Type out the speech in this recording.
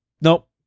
Nope